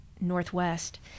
Northwest